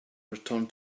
return